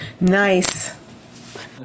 Nice